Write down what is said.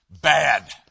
bad